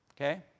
Okay